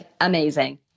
amazing